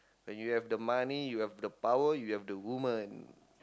when you have the money you have the power you have the woman